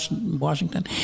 Washington